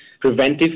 preventive